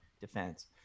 defense